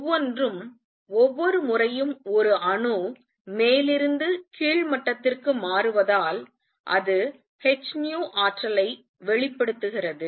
ஒவ்வொன்றும் ஒவ்வொரு முறையும் ஒரு அணு மேலிருந்து கீழ் மட்டத்திற்கு மாறுவதால் அது hν ஆற்றலை வெளிப்படுத்துகிறது